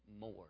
more